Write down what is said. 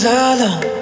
alone